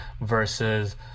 versus